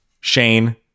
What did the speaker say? Shane